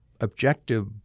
objective